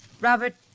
Robert